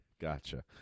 gotcha